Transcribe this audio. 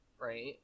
right